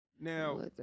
Now